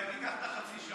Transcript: מה עכשיו?